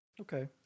Okay